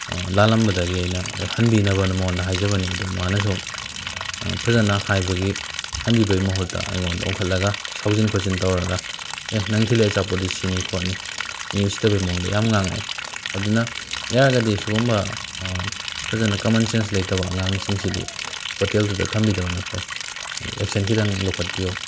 ꯂꯥꯜꯂꯝꯕꯗꯒꯤ ꯑꯩꯅ ꯑꯩ ꯍꯟꯕꯤꯅꯕꯅ ꯃꯉꯣꯟꯗ ꯍꯥꯏꯖꯕꯅꯤ ꯑꯗꯨ ꯃꯥꯅꯁꯨ ꯐꯖꯅ ꯍꯥꯏꯕꯒꯤ ꯍꯟꯕꯤꯕꯒꯤ ꯃꯍꯨꯠꯇ ꯑꯩꯉꯣꯟꯗ ꯑꯣꯟꯈꯠꯂꯒ ꯁꯥꯎꯖꯤꯟ ꯈꯣꯠꯆꯤꯟ ꯇꯧꯔꯒ ꯑꯦ ꯅꯪꯅ ꯊꯤꯜꯂꯛꯏ ꯑꯆꯥꯄꯣꯠꯇꯣ ꯁꯤꯅꯤ ꯈꯣꯠꯅꯤ ꯃꯤ ꯎꯁꯤꯠꯇꯕꯒꯤ ꯃꯑꯣꯡꯗ ꯌꯥꯝꯅ ꯉꯥꯡꯉꯛꯏ ꯑꯗꯨꯅ ꯌꯥꯔꯒꯗꯤ ꯁꯤꯒꯨꯝꯕ ꯐꯖꯅ ꯀꯃꯟ ꯁꯦꯟꯁ ꯂꯩꯇꯕ ꯑꯉꯥꯡꯁꯤꯡꯁꯤꯗꯤ ꯍꯣꯇꯦꯜꯗꯨꯗ ꯊꯝꯕꯤꯗꯕꯅ ꯐꯩ ꯑꯩ ꯑꯦꯛꯁꯟ ꯈꯤꯇꯪ ꯂꯧꯈꯠꯄꯤꯎ